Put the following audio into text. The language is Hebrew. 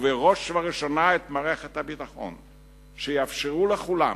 ובראש וראשונה את מערכת הביטחון, שיאפשרו לכולם